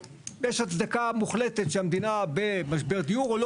יש הצדקה מוחלטת שהמדינה במשבר דיור או לא